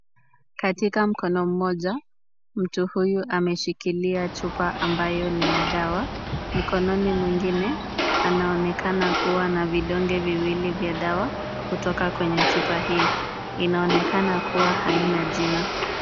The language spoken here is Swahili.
Katika mkono mmoja, mtu huyu ameshikilia chupa ambayo ni ya dawa, mkononi mwingine anaonekana kuwa na vidonge viwili vya dawa kutoka kwenye chupa hii. Inaonekana kuwa haina jina.